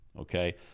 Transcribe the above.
okay